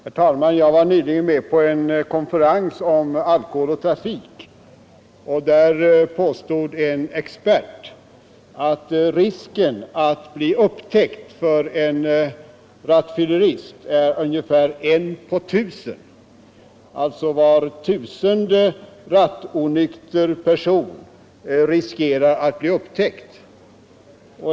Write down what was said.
Herr talman! Jag var nyligen med på en konferens om alkohol och = trafikolyckor trafik, och där påstod en expert att risken att bli upptäckt för en rattfyllerist är ungefär en på tusen. Bara var tusende rattonykter person riskerar alltså att bli upptäckt.